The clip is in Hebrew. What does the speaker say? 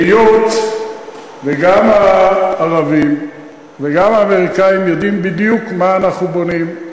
היות שגם הערבים וגם האמריקנים יודעים בדיוק מה אנחנו בונים,